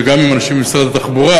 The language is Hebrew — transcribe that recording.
וגם עם אנשים ממשרד התחבורה,